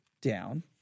down